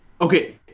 okay